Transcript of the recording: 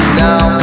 now